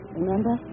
remember